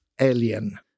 alien